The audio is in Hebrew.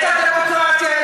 את הדמוקרטיה,